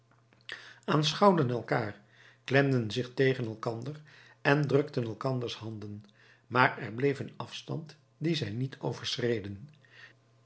aanschouwden elkaar klemden zich tegen elkander en drukten elkaars handen maar er bleef een afstand dien zij niet overschreden